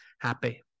happy